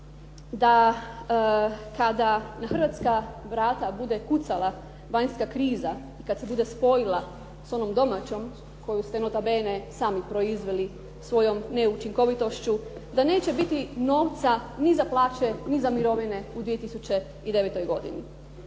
da kada na hrvatska vrata bude kucala vanjska kriza, kada se bude spojila sa onom domaćom, koju ste nota bene sami proizveli svojom neučinkovitošću da neće biti novca ni za plaće, ni za mirovine u 2009. godini.